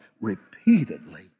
repeatedly